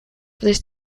these